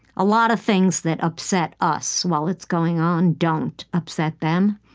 a lot of things that upset us while it's going on don't upset them.